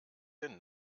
den